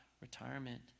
retirement